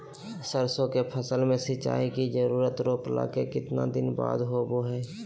सरसों के फसल में सिंचाई के जरूरत रोपला के कितना दिन बाद होबो हय?